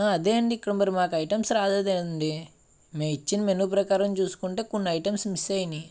అదే అండి ఇక్కడ మరి మాకు ఐటమ్స్ రాలేదండి మే ఇచ్చిన మెనూ ప్రకారం చూసుకుంటే కొన్ని ఐటమ్స్ మిస్ అయినాయి